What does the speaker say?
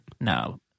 No